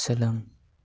सोलों